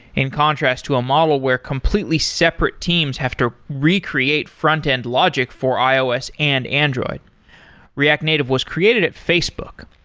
in contrast to a model where completely separate teams have to recreate front-end logic for ios and android react native was created at facebook.